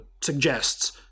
suggests